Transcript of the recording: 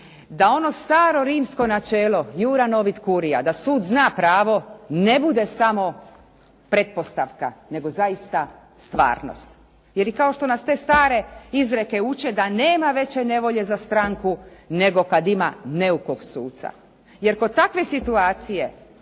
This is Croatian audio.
Da ono staro rimsko načelo iura novit curia, da sud zna pravo ne bude samo pretpostavka nego zaista stvarnost. Jer i kao što nas te stare izreke uče da nema veće nevolje za stranku, nego kad ima neukog suca. Jer kod takve situacije